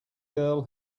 girl